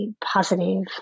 positive